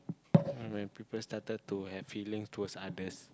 you know when people started to have feelings towards others